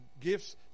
gifts